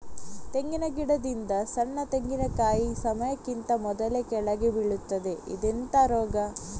ತೆಂಗಿನ ಗಿಡದಿಂದ ಸಣ್ಣ ತೆಂಗಿನಕಾಯಿ ಸಮಯಕ್ಕಿಂತ ಮೊದಲೇ ಕೆಳಗೆ ಬೀಳುತ್ತದೆ ಇದೆಂತ ರೋಗ?